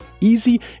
easy